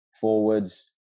Forwards